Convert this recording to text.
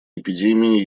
эпидемии